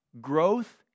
growth